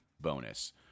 bonus